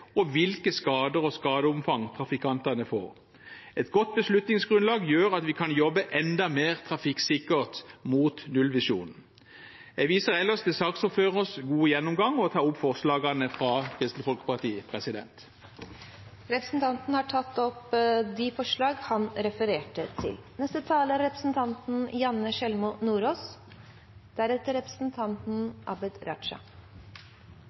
og hvilke skader og hvilket skadeomfang trafikantene får. Et godt beslutningsgrunnlag gjør at vi kan jobbe enda mer treffsikkert mot nullvisjonen. Jeg viser ellers til saksordførerens gode gjennomgang og tar opp forslag nr. 9, fra Kristelig Folkeparti og Venstre. Representanten Hans Fredrik Grøvan har tatt opp det forslaget han refererte til. Trafikksikkerhetsarbeidet er